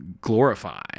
glorify